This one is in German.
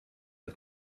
mit